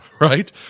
right